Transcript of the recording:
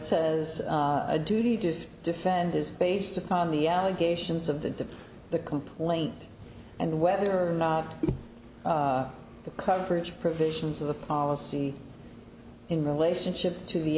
says a duty to defend is based upon the allegations of the the complaint and whether or not the coverage provisions of the policy in relationship to the